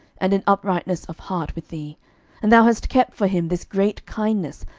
and in uprightness of heart with thee and thou hast kept for him this great kindness,